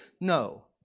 No